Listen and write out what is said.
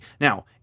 Now